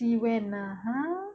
see when ah ha